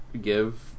give